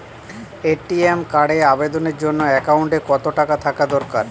ATM কার্ডের আবেদনের জন্য অ্যাকাউন্টে কতো টাকা থাকা দরকার?